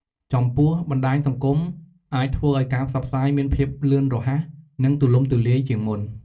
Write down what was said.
ចំពោះបណ្ដាញសង្គមអាចធ្វើឲ្យការផ្សព្វផ្សាយមានភាពលឿនរហ័សនិងទូលំទូលាយជាងមុន។